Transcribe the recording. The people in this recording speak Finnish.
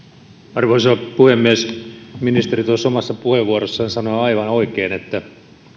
arvoisa puhemies ministeri omassa puheenvuorossaan sanoi aivan oikein että